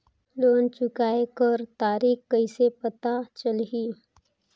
Loan चुकाय कर तारीक कइसे पता चलही?